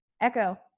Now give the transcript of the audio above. Echo